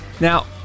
Now